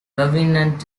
covenant